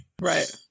Right